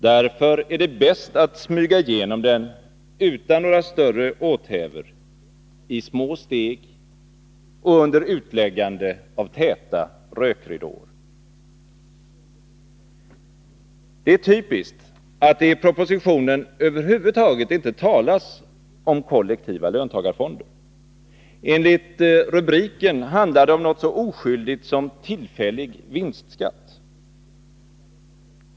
Därför är det bäst att smyga igenom den utan några större åthävor, i små steg och under utläggande av täta rökridåer. Det är typiskt att det i propositionen över huvud taget inte talas om kollektiva löntagarfonder. Enligt rubriken handlar det om något så oskyldigt som ”tillfällig vinstskatt”.